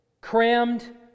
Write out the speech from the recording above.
crammed